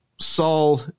Saul